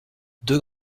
deux